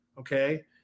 Okay